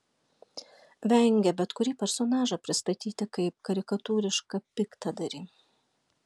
vengė bet kurį personažą pristatyti kaip karikatūrišką piktadarį